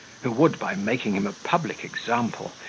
who would, by making him a public example,